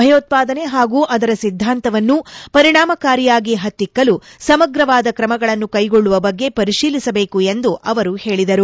ಭಯೋತ್ವಾದನೆ ಪಾಗೂ ಅದರ ಸಿದ್ದಾಂತವನ್ನು ಪರಿಣಾಮಕಾರಿಯಾಗಿ ಪತ್ತಿಕ್ಕಲು ಸಮಗ್ರವಾದ ಕ್ರಮಗಳನ್ನು ಕೈಗೊಳ್ಳುವ ಬಗ್ಗೆ ಪರಿಶೀಲಿಸಬೇಕು ಎಂದು ಅವರು ಹೇಳಿದರು